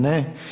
Ne.